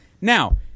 Now